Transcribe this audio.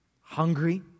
hungry